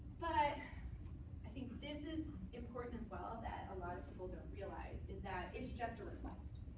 but i think this is important, as well, that a lot of people don't realize is that it's just a request.